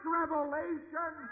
revelation